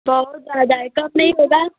बहुत ज़्यादा है कम नहीं होगा